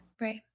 Right